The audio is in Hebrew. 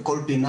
בכל פינה,